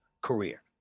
career